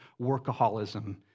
workaholism